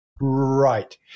Right